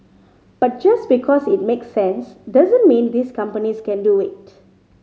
but just because it makes sense doesn't mean these companies can do it